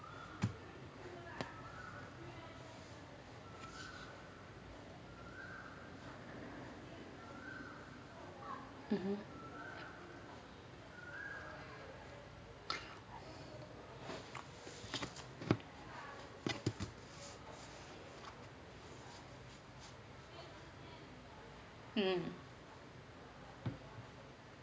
mmhmm mm